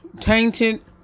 tainted